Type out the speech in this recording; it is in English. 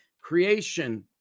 Creation